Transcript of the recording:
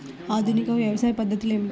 ఆధునిక వ్యవసాయ పద్ధతులు ఏమిటి?